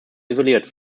isoliert